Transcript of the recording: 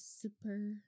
super